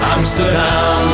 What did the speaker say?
Amsterdam